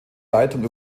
leitung